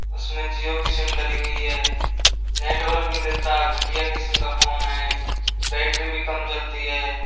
उसमें जियो की सिम डाली हुई है नेटवर्क भी नहीं देता घटिया किस्म का फ़ोन है बैटरी भी कम चलती है